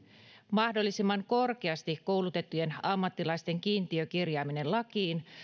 mahdollisimman korkeasti koulutettujen ammattilaisten kiintiökirjaaminen lakiin